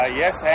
yes